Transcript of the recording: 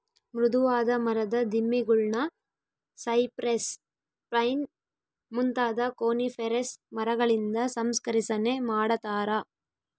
ಮೃದುವಾದ ಮರದ ದಿಮ್ಮಿಗುಳ್ನ ಸೈಪ್ರೆಸ್, ಪೈನ್ ಮುಂತಾದ ಕೋನಿಫೆರಸ್ ಮರಗಳಿಂದ ಸಂಸ್ಕರಿಸನೆ ಮಾಡತಾರ